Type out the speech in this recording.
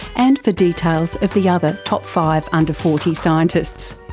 and for details of the other top five under forty scientists.